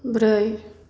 ब्रै